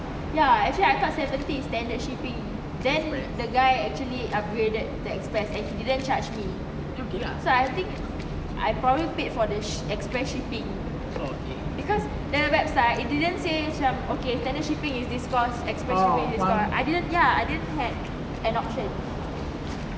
ya actually I thought seventy is standard shipping then the guy actually upgraded to express and he didn't charge me so I think I probably paid for the express shipping because the the website it didn't said macam okay standard shipping is this cost express shipping is this cost I didn't ya I didn't have an option